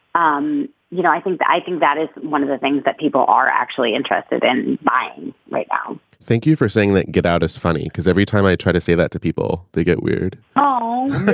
um you know i think that i think that is one of the things that people are actually interested in buying right now thank you for saying that get out as funny because every time i try to say that to people they get weird um